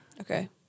Okay